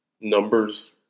numbers